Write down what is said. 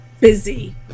Busy